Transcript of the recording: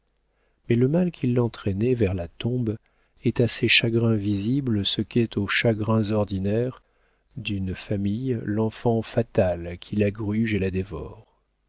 mais le mal qui l'entraînait vers la tombe est à ces chagrins visibles ce qu'est aux chagrins ordinaires d'une famille l'enfant fatal qui la gruge et la dévore